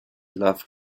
loved